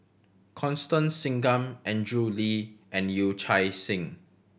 Constance Singam Andrew Lee and Yee Chia Hsing